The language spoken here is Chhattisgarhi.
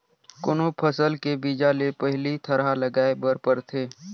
कोनो फसल के बीजा ले पहिली थरहा लगाए बर परथे